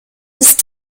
ist